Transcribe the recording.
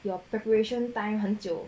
your preparation time 很久